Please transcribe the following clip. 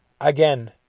Again